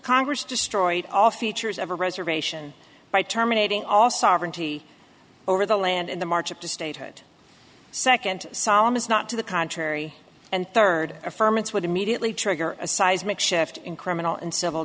congress destroyed all features of a reservation by terminating all sovereignty over the land in the march up to statehood second psalm is not to the contrary and third affirm it would immediately trigger a seismic shift in criminal and civil